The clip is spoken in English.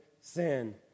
sin